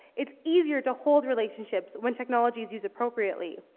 it's easier to hold relationships when technology is used appropriately.